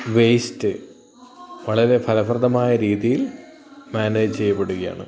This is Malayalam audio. വേസ്റ്റ് വളരെ ഫലപ്രദമായ രീതിയിൽ മാനേജ് ചെയ്യപ്പെടുകയാണ്